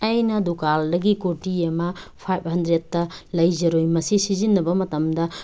ꯑꯩꯅ ꯗꯨꯀꯥꯟꯗꯒꯤ ꯀꯨꯔꯇꯤ ꯑꯃ ꯐꯥꯏꯕ ꯍꯟꯗ꯭ꯔꯦꯗꯇ ꯂꯩꯖꯔꯨꯏ ꯃꯁꯤ ꯁꯤꯖꯤꯟꯅꯕ ꯃꯇꯝꯗ